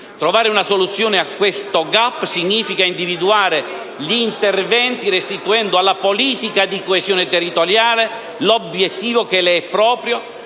Trovare una soluzione a questo *gap* significa individuare gli interventi, restituendo alla politica di coesione territoriale l'obiettivo che le è proprio,